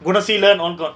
gunaseelan on gone